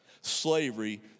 Slavery